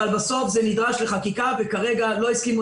אבל בסוף זה נדרש לחקיקה וכרגע לא הסכימו